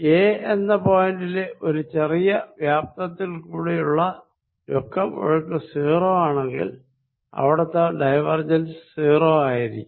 A എന്ന പോയിന്റിലെ ഒരു ചെറിയ വ്യാപ്തത്തിൽ കൂടിയുള്ള നെറ്റ് ഫ്ലോ 0 ആണെങ്കിൽ അവിടത്തെ ഡൈവർജൻസ് 0 ആയിരിക്കും